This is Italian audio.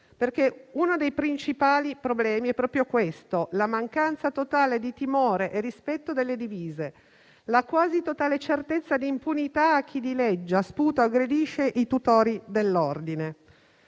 fuga. Uno dei principali problemi è costituito proprio dalla mancanza totale di timore e rispetto delle divise e dalla quasi totale certezza di impunità per chi dileggia, sputa o aggredisce i tutori dell'ordine.